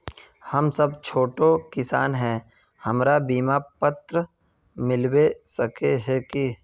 हम सब छोटो किसान है हमरा बिमा पात्र मिलबे सके है की?